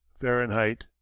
fahrenheit